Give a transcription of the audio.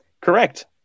Correct